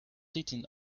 sitting